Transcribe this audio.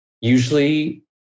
Usually